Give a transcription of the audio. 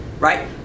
right